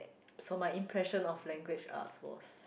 so my impression of language arts was